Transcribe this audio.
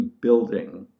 building